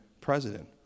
president